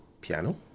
piano